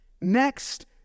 Next